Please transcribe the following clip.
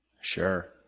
Sure